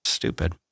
stupid